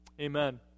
Amen